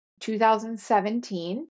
2017